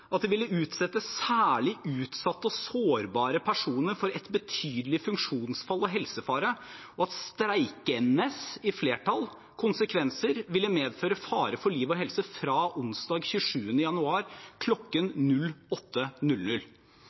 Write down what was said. at det «ville utsette særlig utsatte og sårbare personer for et betydelig funksjonsfall og helsefare, og at streikenes» – i flertall – «konsekvenser ville medføre fare for liv og helse fra onsdag 27. januar 2021 klokken